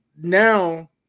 Now